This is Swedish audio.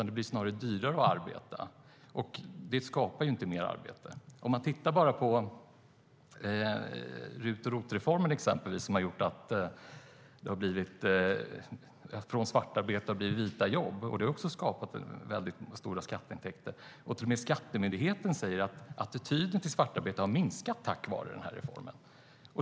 Det blir snarare dyrare att arbeta, och det skapar inte mer arbete. RUT och ROT-reformerna, exempelvis, har gjort svarta jobb vita, och det har också skapat väldigt stora skatteintäkter. Till och med Skatteverket säger att attityden till svartarbete har förändrats tack vare den här reformen.